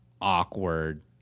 awkward